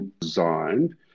designed